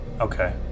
Okay